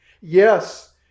Yes